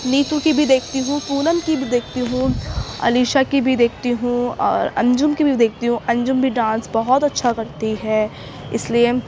نیتو کی بھی دیکھتی ہوں پونم کی بھی دیکھتی ہوں علیشا کی بھی دیکھتی ہوں اور انجم کی بھی دیکھتی ہوں انجم بھی ڈانس بہت اچھا کرتی ہے اس لیے